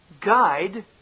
guide